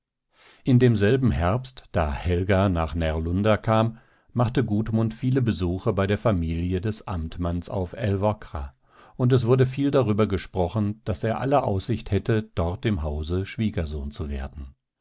in demselben herbst da helga nach närlunda kam machte gudmund viele besuche bei der familie des amtmanns auf älvkra und es wurde viel darüber gesprochen daß er alle aussicht hätte dort im hause schwiegersohn zu werden